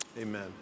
amen